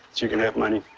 she can have money.